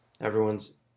everyone's